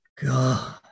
God